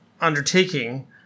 undertaking